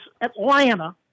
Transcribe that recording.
Atlanta